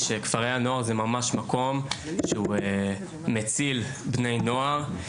שכפרי הנוער זה ממש מקום שהוא מציל בני נוער,